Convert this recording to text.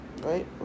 Right